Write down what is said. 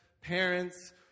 parents